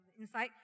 inside